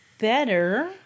Better